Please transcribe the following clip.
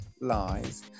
lies